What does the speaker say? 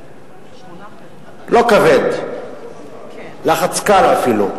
לא כבד, לחץ קל, אפילו,